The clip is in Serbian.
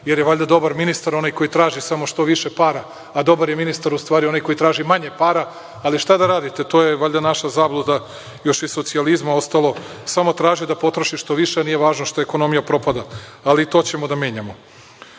jer je valjda dobar ministar onaj koji traži što više para, a dobar je ministar onaj koji traži manje para, ali šta da radite, to je valjda naša zabluda, još iz socijalizma ostalo. Samo traže da potroše što više, a nije važno što ekonomija propada. To ćemo da menjamo. Završiti